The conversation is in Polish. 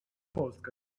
polska